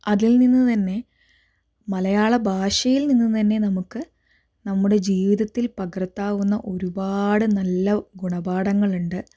അതിൽ നിന്നു തന്നെ മലയാള ഭാഷയിൽ നിന്നുതന്നെ നമുക്ക് നമ്മുടെ ജീവിതത്തിൽ പകർത്താവുന്ന ഒരുപാട് നല്ല ഗുണപാഠങ്ങൾ ഉണ്ട്